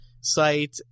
site